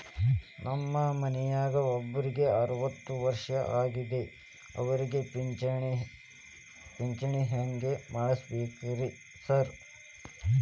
ನಮ್ ಮನ್ಯಾಗ ಒಬ್ರಿಗೆ ಅರವತ್ತ ವರ್ಷ ಆಗ್ಯಾದ ಅವ್ರಿಗೆ ಪಿಂಚಿಣಿ ಹೆಂಗ್ ಮಾಡ್ಸಬೇಕ್ರಿ ಸಾರ್?